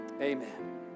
Amen